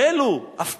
החלו, בקושי,